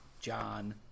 John